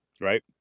right